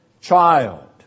child